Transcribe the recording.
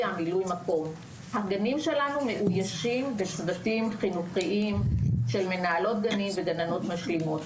הגנים שלנו מאוישים בצוותים חינוכיים של מנהלות גנים וגננות משלימות.